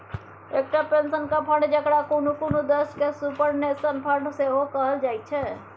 एकटा पेंशनक फंड, जकरा कुनु कुनु देश में सुपरनेशन फंड सेहो कहल जाइत छै